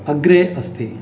अग्रे अस्ति